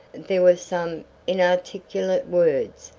there were some inarticulate words,